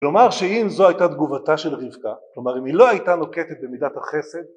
כלומר שאם זו הייתה תגובתה של רבקה, כלומר אם היא לא הייתה נוקטת במידת החסד